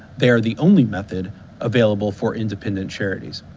they are the only method available for independent charities.